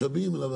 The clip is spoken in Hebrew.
משאבים.